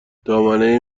دامنه